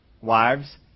wives